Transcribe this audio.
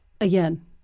again